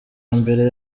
mbere